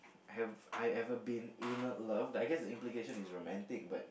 I have I ever been in loved I guess the implication is romantic but